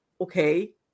okay